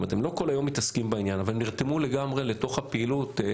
הם לא כל היום מתעסקים בעניין אבל הם נרתמו לגמרי לתוך הפעילות.